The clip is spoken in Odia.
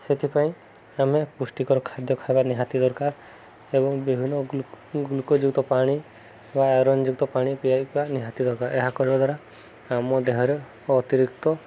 ସେଥିପାଇଁ ଆମେ ପୁଷ୍ଟିକର ଖାଦ୍ୟ ଖାଇବା ନିହାତି ଦରକାର ଏବଂ ବିଭିନ୍ନ ଗ୍ଲୁକଜ୍ ଯୁକ୍ତ ପାଣି ବା ଆଇରନ୍ ଯୁକ୍ତ ପାଣି ପିଇବା ନିହାତି ଦରକାର ଏହା କରିବା ଦ୍ୱାରା ଆମ ଦେହରେ ଅତିରିକ୍ତ